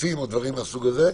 שיפוצים או דברים מהסוג הזה.